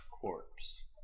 corpse